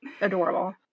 adorable